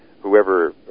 whoever